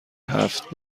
هفت